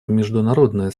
международное